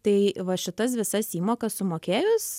tai va šitas visas įmokas sumokėjus